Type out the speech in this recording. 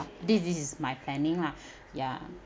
this this is my planning lah ya